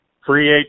create